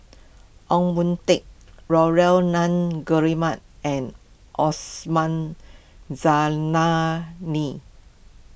Ong Tat Nunns Guillemard and Osman Zailani